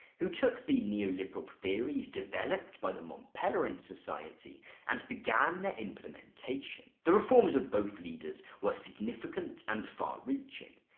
who took the neoliberal theories developed by the mont pelerin society and began their implementation. the reforms of both leaders were significant and far-reaching.